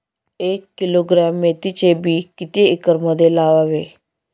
एक किलोग्रॅम मेथीचे बी किती एकरमध्ये लावावे?